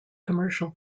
commercial